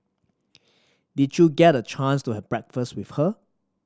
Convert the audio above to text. did you get a chance to have breakfast with her